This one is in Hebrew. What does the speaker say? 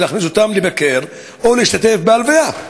ולהכניס אותם לבקר או להשתתף בהלוויה.